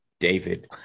David